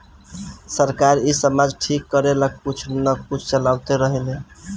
सरकार इ समाज ठीक करेला कुछ न कुछ चलावते रहेले